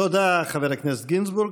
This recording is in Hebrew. תודה, חבר הכנסת גינזבורג.